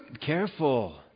careful